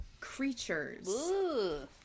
Creatures